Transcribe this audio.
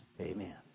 Amen